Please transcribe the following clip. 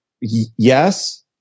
yes